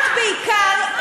את בעיקר,